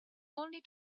only